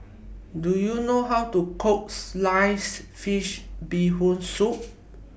Do YOU know How to Cook Sliced Fish Bee Hoon Soup